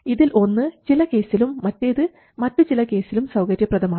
ഇതിൽ ഒന്ന് ചില കേസിലും മറ്റേത് മറ്റു ചില കേസിലും സൌകര്യപ്രദമാണ്